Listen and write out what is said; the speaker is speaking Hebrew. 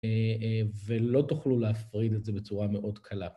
‫ולא תוכלו להפריד את זה ‫בצורה מאוד קלה.